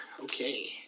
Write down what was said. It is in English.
Okay